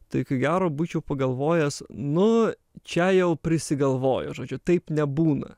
tai ko gero būčiau pagalvojęs nu čia jau prisigalvojo žodžiu taip nebūna